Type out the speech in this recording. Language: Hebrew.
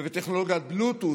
ובטכנולוגיית בלוטות',